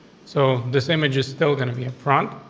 so this image is still gonna be in front.